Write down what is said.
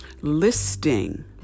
listing